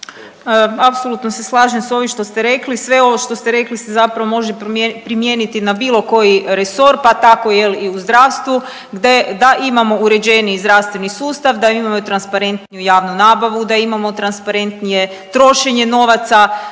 Apsolutno se slažem s ovim što ste rekli, sve ovo što ste rekli se zapravo može primijeniti na bilo koji resor pa tako jel i u zdravstvu. Da imamo uređeniji zdravstveni sustav, da imamo i transparentniju javnu nabavu, da imamo transparentnije trošenje novaca,